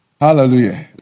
Hallelujah